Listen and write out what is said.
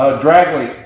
drag link,